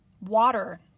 water